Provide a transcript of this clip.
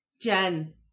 Jen